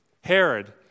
Herod